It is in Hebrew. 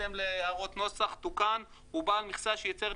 ובהתאם להערות נוסח תוקן: "הוא בעל מכסה שייצר את